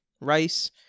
rice